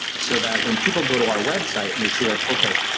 so, that when people go to our website and they see like, okay.